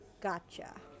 Gotcha